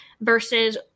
versus